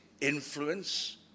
influence